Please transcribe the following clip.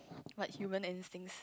like human instincts